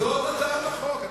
זאת הצעת החוק.